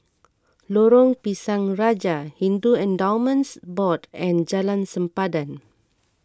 Lorong Pisang Raja Hindu Endowments Board and Jalan Sempadan